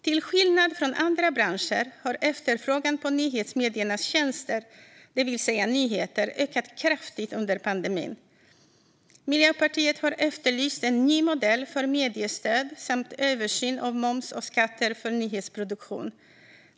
Till skillnad från andra branscher har efterfrågan på nyhetsmediernas tjänster, det vill säga nyheter, ökat kraftigt under pandemin. Miljöpartiet har efterlyst en ny modell för mediestöd samt översyn av moms och skatter för nyhetsproduktion.